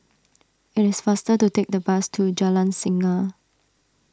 it is faster to take the bus to Jalan Singa